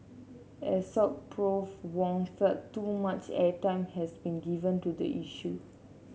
Assoc Prof Wong felt too much airtime has been given to the issue